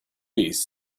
piece